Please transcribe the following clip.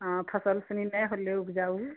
हँ फसल सनी नहि होलै उपजा ओ